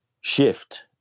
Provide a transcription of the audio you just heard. shift